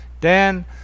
Dan